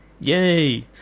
Yay